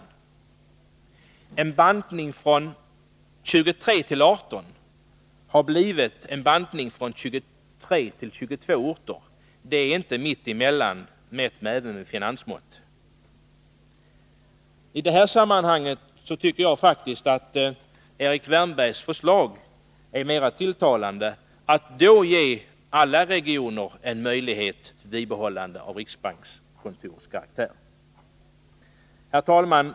En bantning från 23 till 18 orter har blivit en bantning från 23 till 22 orter. Det är inte mitt emellan ens med finansmått mätt. I det här sammanhanget tycker jag faktiskt att Erik Wärnbergs förslag är mera tilltalande, att ge alla regioner en möjlighet till bibehållande av riksbankskontorskaraktär. Herr talman!